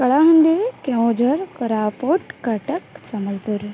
Kalahandi Keonjhar Koraput Cuttack Sambalpur